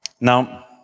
Now